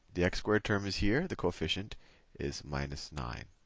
the x squared term is here, the coefficient is minus nine.